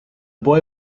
boy